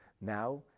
now